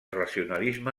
racionalisme